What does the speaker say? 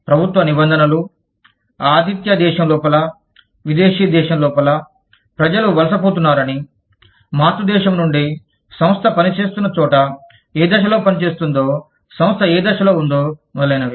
ప్రభుత్వ నిబంధనలు ఆతిథ్య దేశం లోపల విదేశీ దేశం లోపల ప్రజలు వలసపోతున్నారని మాతృ దేశం నుండి సంస్థ పనిచేస్తున్న చోట ఏ దశలో పనిచేస్తుందో సంస్థ ఏ దశలో ఉందో మొదలైనవి